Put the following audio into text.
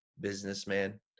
businessman